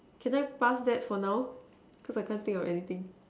can I pass that for now because I can't think of anything